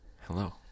Hello